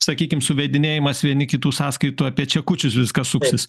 sakykim suvedinėjimas vieni kitų sąskaitų apie čekučius viskas suksis